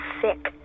sick